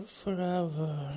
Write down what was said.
forever